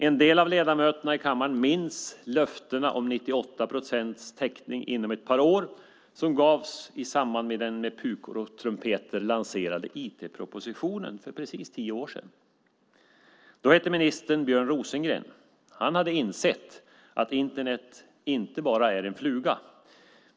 En del av ledamöterna i kammaren minns löftena om 98 procents täckning inom ett par år som gavs i samband med den med pukor och trumpeter lanserade IT-propositionen för precis tio år sedan. Då hette ministern Björn Rosengren. Han hade insett att Internet inte bara är en fluga.